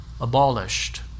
abolished